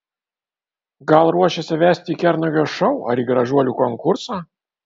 gal ruošiasi vesti į kernagio šou ar į gražuolių konkursą